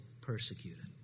persecuted